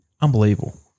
Unbelievable